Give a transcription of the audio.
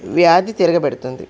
వ్యాధి తిరగబడుతుంది